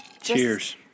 Cheers